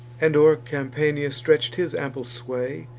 and o'er campania stretch'd his ample sway,